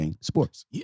sports